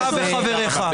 אתה וחבריך.